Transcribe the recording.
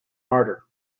martyr